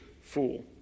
fool